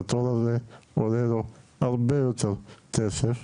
והתור הזה עולה לו הרבה יותר כסף